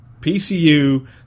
PCU